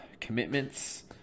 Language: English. commitments